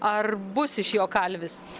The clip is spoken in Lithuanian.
ar bus iš jo kalvis